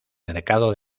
mercado